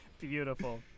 Beautiful